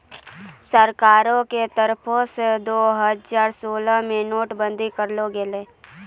सरकारो के तरफो से दु हजार सोलह मे नोट बंदी करलो गेलै